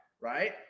right